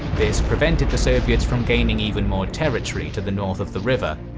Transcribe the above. this prevented the soviets from gaining even more territory to the north of the river,